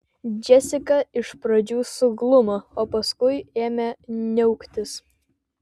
džesika iš pradžių suglumo o paskui ėmė niauktis